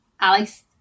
Alex